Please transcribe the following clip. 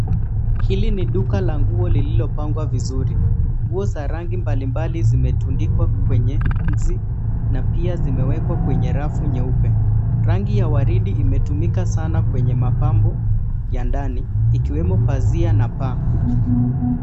Hili ni duka la nguo lililopangwa vizuri. Nguo za rangi mbalimbali zimetundikwa kwenye nzi na pia zimewekwa kwenye rafu nyeupe. Rangi ya waridi imetumika sana kwenye mapambo ya ndani, ikiwemo pazia na paa.